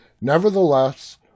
Nevertheless